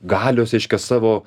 galios reiškia savo